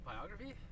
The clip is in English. Biography